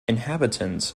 inhabitants